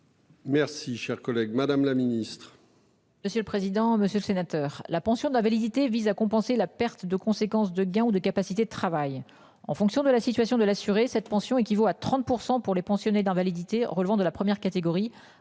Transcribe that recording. Merci cher collègue. Madame la Ministre.